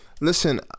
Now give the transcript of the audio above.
Listen